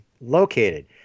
located